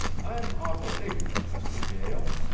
i'm awful ignorant, mr. gael.